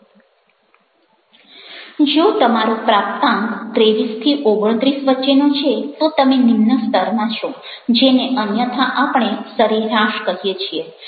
જો તમારો પ્રાપ્તાંક 23 29 વચ્ચેનો છે તો તમે નિમ્ન સ્તરમાં છો જેને અન્યથા આપણે સરેરાશ કહીએ છીએ